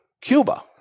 Cuba